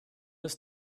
ist